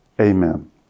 amen